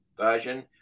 version